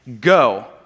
go